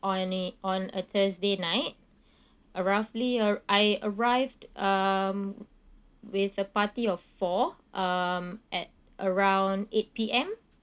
on a on a thursday night uh roughly uh I arrived um with a party of four um at around eight P_M